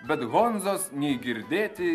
bet honzos nei girdėti